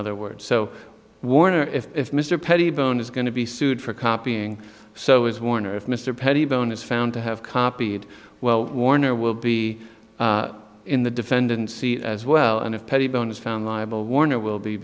other words so warner if mr perry bone is going to be sued for copying so is warner if mr pettibone is found to have copied well warner will be in the defendants see as well and if pettibone is found liable warner will be